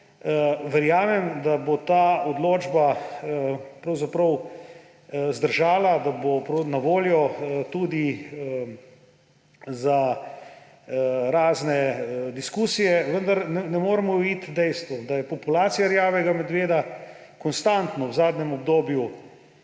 verjamem, da bo ta odločba pravzaprav zdržala, da bo na voljo tudi za razne diskusije, vendar ne moremo uiti dejstvu, da je populacija rjavega medveda konstantno v zadnjem obdobju